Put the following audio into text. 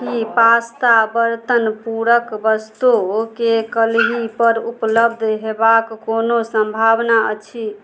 कि पास्ता बरतन पूरक वस्तुके कल्हिपर उपलब्ध हेबाक कोनो सम्भावना अछि